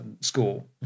school